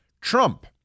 Trump